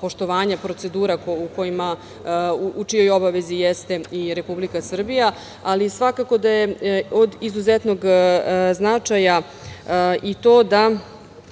poštovanja procedura u čijoj obavezi jeste i Republika Srbija, ali svakako da je od izuzetnog značaja i to da